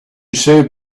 saved